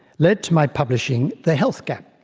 led to my publishing the health gap.